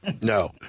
No